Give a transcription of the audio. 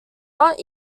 not